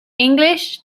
english